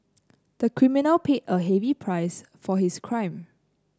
the criminal paid a heavy price for his crime